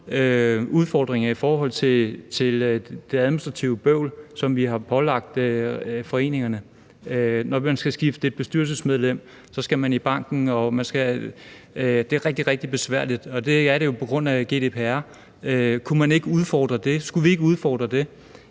udfordringer med det administrative bøvl, som vi har pålagt foreningerne. Når man skal skifte bestyrelsesmedlem, skal man i banken, og det er rigtig, rigtig besværligt. Og det er det jo på grund af GDPR. Kunne man ikke udfordre det?